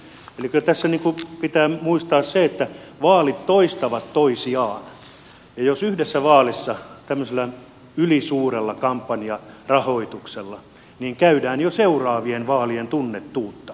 eli kyllä tässä pitää muistaa se että vaalit toistavat toisiaan ja jos yhdessä vaalissa ollaan tämmöisellä ylisuurella kampanjarahoituksella niin käydään jo seuraavien vaalien tunnettuutta